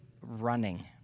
running